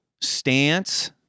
stance